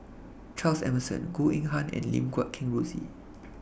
Charles Emmerson Goh Eng Han and Lim Guat Kheng Rosie